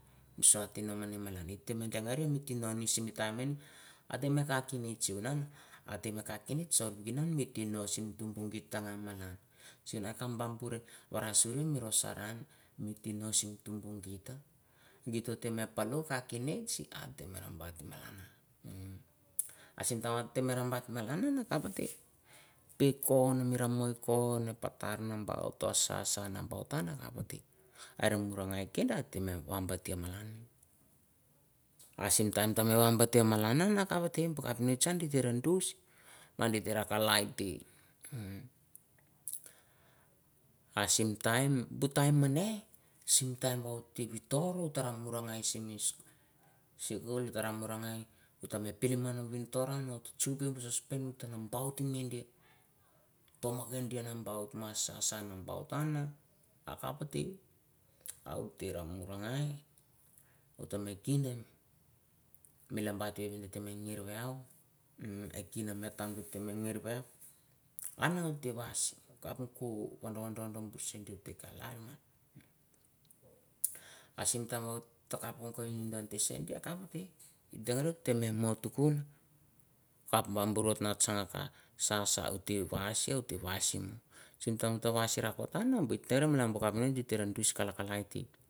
Sahteh mahni malan giteh bah dangereh mi kinoh nist time meneh ateh mi cah cinisth. Hateh mi cah cinisth sey whou nan sehbunon tangnan malan. Senah, senah, sehcah bambureh wara sureh mi rosh haran, mi tinoh seh tumbuh gitah. Gitah, teh meh poloh cah cinisth ah teh meh mahrana bahta malana. Ah sim time ah gitoh marahn baht malanah ah kapha teh, geh coh, ah moroh moi coh nah puttar nambaut, oh shasha nambaut han hare yeh. Hareh murrah gai kindeh hteh nambah tih malaneh. Ah sim time teh wah wambah tah malanah kaph ateh buh capnist han gitaroh dush ah gitoh rah kalai teh, h'm, m ah sim time buh time meneh, sim time wohot noh git toh oh toh murra gai simi shicul hateh murragai. Gitoh pilimgan wintorrah nah chinused pinte nambaut gehon phom di yet nambaut noh shasha nambaut han moh ah kapha teh. Hawah teh rau murra gai hitoh meh kin deh meh leng wai teh reh weh yau, h'm. m, eh kin neh meh yam neh nerr weh. Ah tahwas kaph coh woh doh, doh. doh buh she tah kalai. Ah sim time wohot tah kaph woko hinteh teh seh ah kaph ahteh, dangereh mohtu chun, kaph noh bombuh reh tsang cha sha sha hoteh wai she hou teh wonsim, sim time waisha rakoto tehreh buh tereh disteh buh capnist diwist calah cala teh.